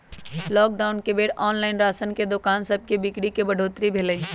lockdown के बेर online राशन के दोकान सभके बिक्री में बढ़ोतरी भेल हइ